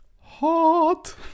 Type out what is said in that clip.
hot